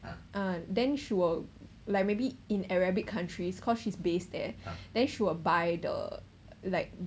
ah then she will like maybe in arabic countries because she's based there then she will buy the